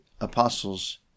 apostles